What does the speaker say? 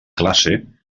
classe